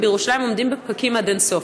ובירושלים עומדים בפקקים עד אין-סוף.